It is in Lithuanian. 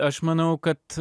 aš manau kad